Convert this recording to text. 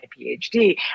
PhD